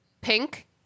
pink